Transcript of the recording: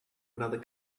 another